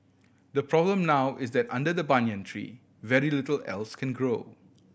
the problem now is that under the banyan tree very little else can grow